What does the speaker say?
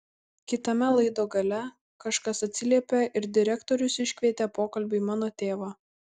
kitame laido gale kažkas atsiliepė ir direktorius iškvietė pokalbiui mano tėvą